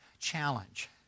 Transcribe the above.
challenge